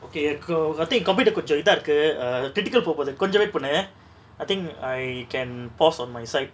okay எதுக்கு:ethuku I think computer கொஞ்சோ இதா இருக்கு:konjo itha iruku err critical போப்பது கொஞ்சோ:popathu konjo wait பன்னு:pannu I think I can pause on my side